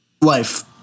life